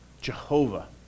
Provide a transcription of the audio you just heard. Jehovah